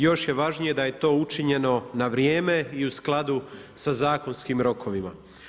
Još je važnije da je to učinjeno na vrijeme i u skladu sa zakonskim rokovima.